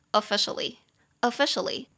，officially，officially 。